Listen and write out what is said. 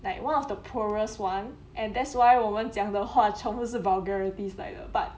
like one of the poorest [one] and that's why 我们讲的话全部是 vulgarities 来的 but